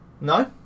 No